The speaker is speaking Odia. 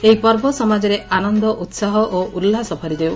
ଏହି ପର୍ବ ସମାଜରେ ଆନନ୍ଦ ଉହାହ ଓ ଉଲ୍କାସ ଭରିଦେଉ